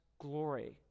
glory